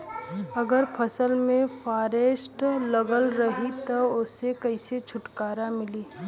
अगर फसल में फारेस्ट लगल रही त ओस कइसे छूटकारा मिली?